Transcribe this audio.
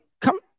come